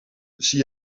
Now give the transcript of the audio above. zie